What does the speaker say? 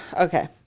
okay